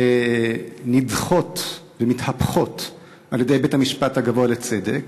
נדחות ומתהפכות על-ידי בית-המשפט הגבוה לצדק,